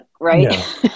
right